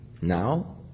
now